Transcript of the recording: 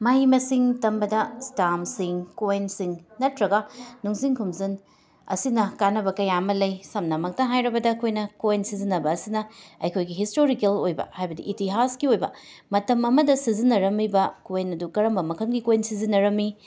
ꯃꯍꯩ ꯃꯁꯤꯡ ꯇꯝꯕꯗ ꯁ꯭ꯇꯥꯝꯁꯤꯡ ꯀꯣꯏꯟꯁꯤꯡ ꯅꯠꯇ꯭ꯔꯒ ꯅꯤꯡꯁꯤꯡ ꯈꯨꯝꯖꯟ ꯑꯁꯤꯅ ꯀꯥꯟꯅꯕ ꯀꯌꯥ ꯑꯃ ꯂꯩ ꯁꯝꯅꯃꯛꯇ ꯍꯥꯏꯔꯕꯗ ꯑꯩꯈꯣꯏꯅ ꯀꯣꯏꯟ ꯁꯤꯖꯤꯟꯅꯕ ꯑꯁꯤꯅ ꯑꯩꯈꯣꯏꯒꯤ ꯍꯤꯁꯇꯣꯔꯤꯀꯦꯜ ꯑꯣꯏꯕ ꯍꯥꯏꯕꯗꯤ ꯏꯇꯤꯍꯥꯁꯀꯤ ꯑꯣꯏꯕ ꯃꯇꯝ ꯑꯃꯗ ꯁꯤꯖꯤꯟꯅꯔꯝꯃꯤꯕ ꯀꯣꯏꯟ ꯑꯗꯨ ꯀꯔꯝꯕ ꯃꯈꯜꯒꯤ ꯀꯣꯏꯟ ꯁꯤꯖꯤꯟꯅꯔꯝꯃꯤ